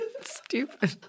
stupid